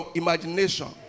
imagination